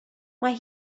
mae